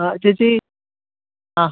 ആ ചേച്ചി ആ